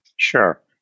Sure